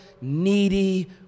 needy